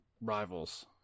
rivals